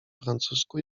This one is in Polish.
francusku